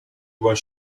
was